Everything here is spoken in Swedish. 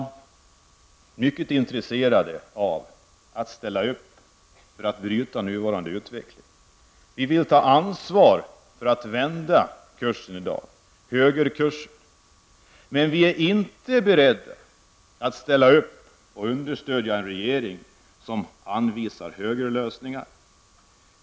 Vi är mycket intresserade och ställer gärna upp när det gäller att bryta nuvarande utveckling. Vi vill ta ett ansvar när det gäller att vända den nuvarande kursen, högerkursen. Men vi är inte beredda att understödja en regering som anvisar högerlösningar.